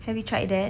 have you tried that